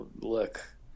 look